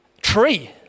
tree